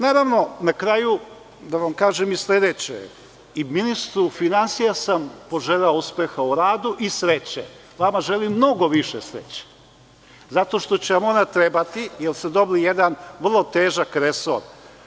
Naravno, na kraju da vam kažem i sledeće, i ministru finansija sam poželeo uspeha u radu i sreće, a vama želim mnogo više sreće, zato što će vam ona trebati, jer ste dobili jedan vrlo težak resor.